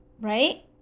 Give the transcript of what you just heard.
right